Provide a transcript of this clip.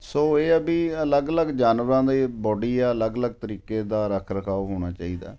ਸੋ ਇਹ ਆ ਵੀ ਅਲੱਗ ਅਲੱਗ ਜਾਨਵਰਾਂ ਦੇ ਬਾਡੀ ਆ ਅਲੱਗ ਅਲੱਗ ਤਰੀਕੇ ਦਾ ਰੱਖ ਰਖਾਓ ਹੋਣਾ ਚਾਹੀਦਾ